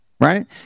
right